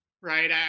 right